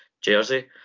jersey